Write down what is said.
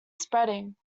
spreading